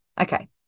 Okay